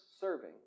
serving